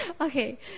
Okay